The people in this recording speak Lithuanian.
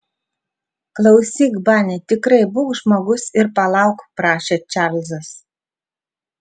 klausyk bani tikrai būk žmogus ir palauk prašė čarlzas